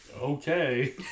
Okay